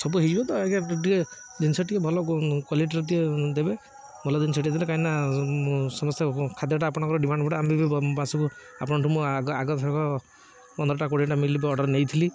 ସବୁ ହେଇଯିବ ତ ଆଜ୍ଞା ଟିକେ ଜିନିଷ ଟିକେ ଭଲ କ୍ୱାଲିଟିର ଟିକେ ଦେବେ ଭଲ ଜିନିଷ ଟିକେ ଦେବେ କାହିଁକିନା ସମସ୍ତେ ଖାଦ୍ୟଟା ଆପଣଙ୍କର ଡିମାଣ୍ଡ ଗୋଟେ ଆମେ ବି ବାସକୁ ଆପଣଙ୍କଠୁ ମୁଁ ଆଗ ଆଗଥରକ ପନ୍ଦରଟା କୋଡ଼ିଏଟା ମିଲ୍ ବି ଅର୍ଡ଼ର ନେଇଥିଲି